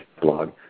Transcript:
blog